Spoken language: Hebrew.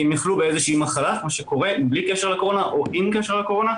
כי הם יחלו באיזושהי מחלה כמו שקורה בלי קשר לקורונה או עם קשר לקורונה,